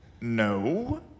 No